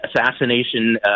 assassination